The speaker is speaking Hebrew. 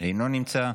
אינו נמצא,